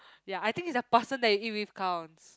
ya I think it's the person that you eat with counts